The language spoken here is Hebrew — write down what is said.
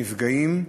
נפגעים,